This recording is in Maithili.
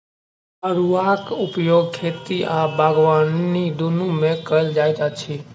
फड़ुआक उपयोग खेती आ बागबानी दुनू मे कयल जाइत अछि